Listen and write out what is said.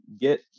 get